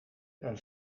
een